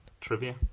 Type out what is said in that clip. trivia